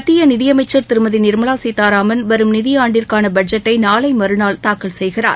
மத்திய நிதியமைச்சர் திருமதி நிர்மலா சீதாராமன் வரும் நிதி ஆண்டிற்கான பட்ஜெட்டை நாளை மறுநாள் தாக்கல் செய்கிறார்